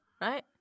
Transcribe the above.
right